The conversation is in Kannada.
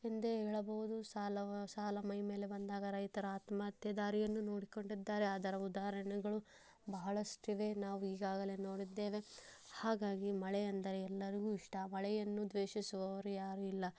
ಎಂದೇ ಹೇಳಬಹುದು ಸಾಲ ಸಾಲ ಮೈ ಮೇಲೆ ಬಂದಾಗ ರೈತರ ಆತ್ಮಹತ್ಯೆ ದಾರಿಯನ್ನು ನೋಡಿಕೊಂಡಿದ್ದಾರೆ ಅದರ ಉದಾರಣೆಗಳು ಬಹಳಷ್ಟಿವೆ ನಾವು ಈಗಾಗಲೇ ನೋಡಿದ್ದೇವೆ ಹಾಗಾಗಿ ಮಳೆ ಎಂದರೆ ಎಲ್ಲರಿಗೂ ಇಷ್ಟ ಮಳೆಯನ್ನು ದ್ವೇಷಿಸುವವರು ಯಾರು ಇಲ್ಲ